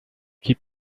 keep